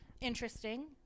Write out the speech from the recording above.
Interesting